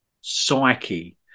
psyche